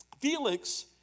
Felix